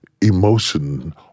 emotion